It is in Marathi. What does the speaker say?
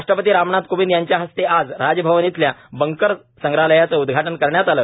राष्ट्रपती रामनाथ कोविंद यांच्या हस्ते आज राजभवन इथल्या बंकर संग्रहालयाचं उद्घाटन करण्यात आलं